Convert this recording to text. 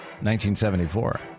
1974